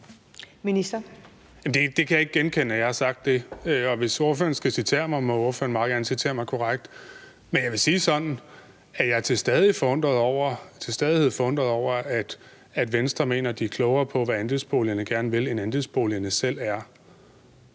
Det kan jeg ikke genkende jeg har sagt. Og hvis ordføreren skal citere mig, må ordføreren meget gerne citere mig korrekt. Men jeg vil sige sådan, at jeg til stadighed er forundret over, at Venstre mener, at de er klogere på, hvad andelsboligejerne gerne vil, end andelsboligejerne selv er.